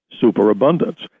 superabundance